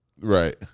right